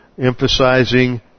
emphasizing